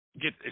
Get